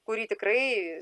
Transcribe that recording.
kurį tikrai